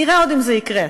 נראה עוד אם זה יקרה,